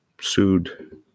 sued